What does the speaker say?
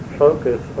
focus